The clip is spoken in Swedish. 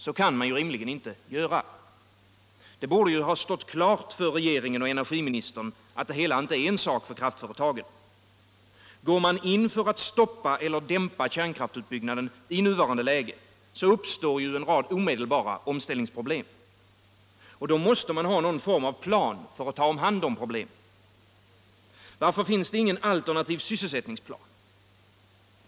Så kan man rimligen inte göra. Det borde ha stått klart för regeringen — Nr 21 och energiministern. att det hela 'inte är en sak för kraftföretagen. Går Måndagen den man in för att stoppa eller dämpa kärnkraftsutbyggnaden i nuvarande 8 november 1976 läge, uppstår ju en rad omedelbara omställningsproblem. Då måste man ha någon form av plan för att ta hand om problemen. Varför finns de. - Om regeringens ingen alternativ sysselsättningsplan?